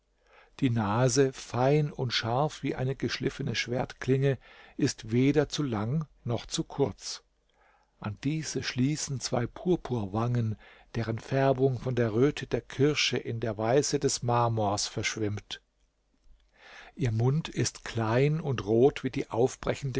die nase fein und scharf wie eine geschliffene schwertklinge ist weder zu lang noch zu kurz an diese schließen zwei purpurwangen deren färbung von der röte der kirsche in die weiße des marmors verschwimmt ihr mund ist klein und rot wie die aufbrechende